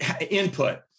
input